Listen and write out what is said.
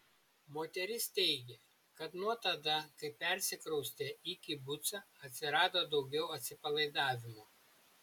moteris teigė kad nuo tada kai persikraustė į kibucą atsirado daugiau atsipalaidavimo